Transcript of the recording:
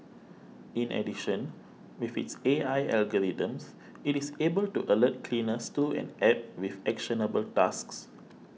in addition with its A I algorithms it is able to alert cleaners through an App with actionable tasks